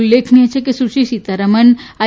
ઉલ્લેખનીય છે કે સુશ્રી સીતારમન આઇ